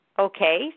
Okay